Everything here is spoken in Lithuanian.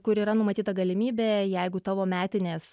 kur yra numatyta galimybė jeigu tavo metinės